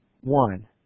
One